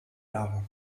jahre